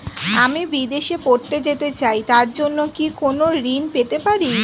আমি বিদেশে পড়তে যেতে চাই তার জন্য কি কোন ঋণ পেতে পারি?